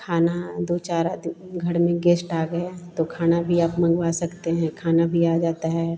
खाना दो चार आदमी घर में गेश्ट आ गए तो खाना भी आप मँगवा सकते हैं खाना भी आ जाता है